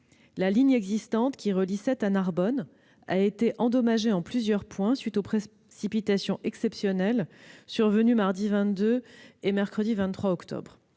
La ligne existante qui relie Sète à Narbonne a été endommagée en plusieurs points en raison des précipitations exceptionnelles survenues mardi 22 et mercredi 23 octobre.